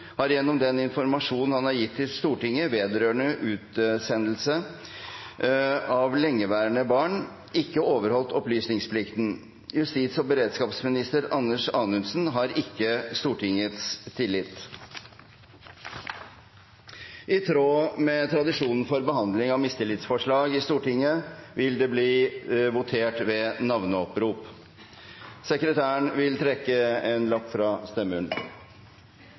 har gjennom den informasjon han har gitt Stortinget vedrørende utsendelse av lengeværende barn, ikke overholdt opplysningsplikten. Justis- og beredskapsminister Anders Anundsen har ikke Stortingets tillit.» I tråd med tradisjonen for behandling av mistillitsforslag i Stortinget vil det bli votert ved navneopprop. Oppropet starter med representant nr. 13 fra